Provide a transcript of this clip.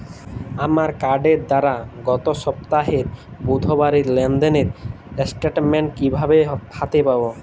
আমার কার্ডের দ্বারা গত সপ্তাহের বুধবারের লেনদেনের স্টেটমেন্ট কীভাবে হাতে পাব?